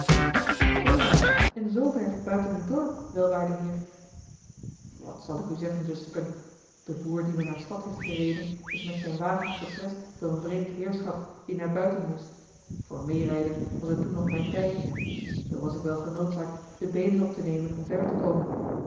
nog zoo laat en zoover buiten uw dorp welwaarde heer wat zal ik u zeggen zusterken de boer die me naar stad heeft gereden is met zijn wagen geprest door een vreemd heerschap die naar buiten moest voor meêrijden was het toen nog mijn tijd niet zoo was ik wel genoodzaakt de beenen op te nemen om verder te komen